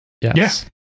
Yes